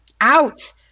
Out